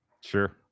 Sure